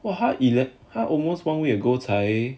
!wah! 他 almost one week ago 才